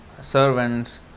servants